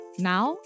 Now